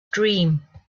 dream